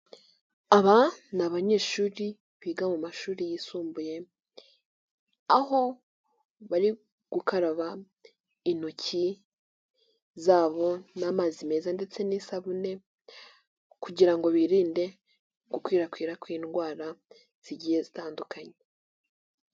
Aba ni abanyeshuri biga mu mashuri yisumbuye aho bari gukaraba intoki zabo n'amazi meza ndetse n'isabune kugira ngo birinde gukwirakwira kw'indwara zigiye zitandukanye.